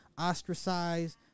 ostracized